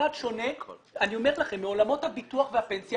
דעת שונה - אני אומר לכם מעולמות הביטוח והפנסיה